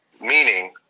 meaning